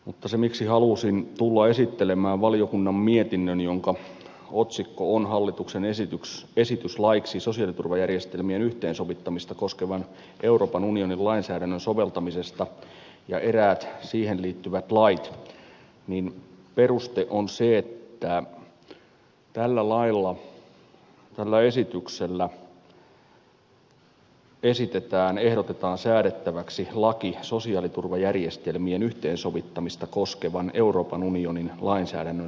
mutta se peruste miksi halusin tulla esittelemään valiokunnan mietinnön hallituksen esityksestä jonka otsikko on hallituksen esitys laiksi sosiaaliturvajärjestelmien yhteensovittamista koskevan euroopan unionin lainsäädännön soveltamisesta ja eräiksi siihen liittyviksi laeiksi on se että tällä esityksellä ehdotetaan säädettäväksi laki sosiaaliturvajärjestelmien yhteensovittamista koskevan euroopan unionin lainsäädännön soveltamisesta